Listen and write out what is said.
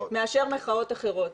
מאשר מחאות אחרות.